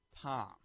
Tom